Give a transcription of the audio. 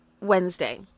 Wednesday